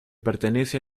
pertenece